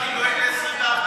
אמר השר: אני דואג ל-24 הילדים.